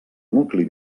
nucli